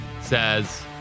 says